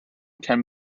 can